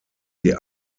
die